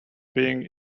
being